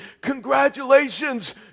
congratulations